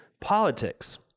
politics